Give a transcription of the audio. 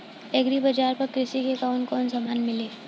Agri बाजार पर कृषि के कवन कवन समान मिली?